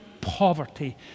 poverty